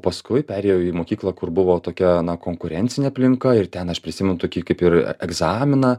paskui perėjau į mokyklą kur buvo tokia konkurencinė aplinka ir ten aš prisimenu tokį kaip ir egzaminą